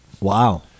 Wow